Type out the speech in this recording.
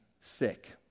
sick